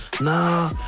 nah